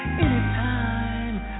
Anytime